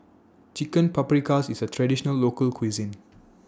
Chicken Paprikas IS A Traditional Local Cuisine